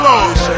Lord